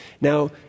Now